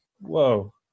whoa